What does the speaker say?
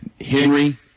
Henry